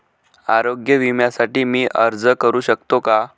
आरोग्य विम्यासाठी मी अर्ज करु शकतो का?